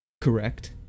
correct